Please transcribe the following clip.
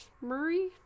Murray